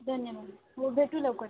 धन्यवाद हो भेटू लवकर